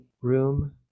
room